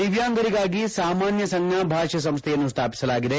ದಿವ್ಯಾಂಗರಿಗಾಗಿ ಸಾಮಾನ್ಯ ಸಂಜ್ಞಾ ಭಾಷೆ ಸಂಸ್ದೆಯನ್ನು ಸ್ವಾಪಿಸಲಾಗಿದೆ